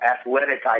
athletic